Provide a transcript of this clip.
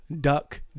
Duck